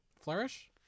Flourish